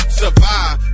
survive